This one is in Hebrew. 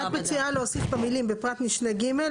את מציעה להוסיף את המילים בפרט משנה ג'